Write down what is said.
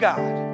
God